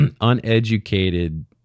uneducated